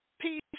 peace